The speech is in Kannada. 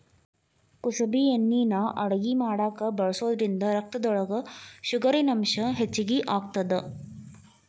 ಕುಸಬಿ ಎಣ್ಣಿನಾ ಅಡಗಿ ಮಾಡಾಕ ಬಳಸೋದ್ರಿಂದ ರಕ್ತದೊಳಗ ಶುಗರಿನಂಶ ಹೆಚ್ಚಿಗಿ ಆಗತ್ತದ